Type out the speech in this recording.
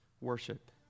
worship